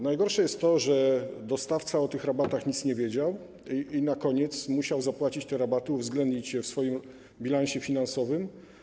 Najgorsze jest to, że dostawca o tych rabatach nic nie wiedział i na koniec musiał je zapłacić, uwzględnić je w swoim bilansie finansowym.